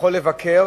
ויכול לבקר